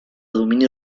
domini